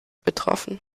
betroffen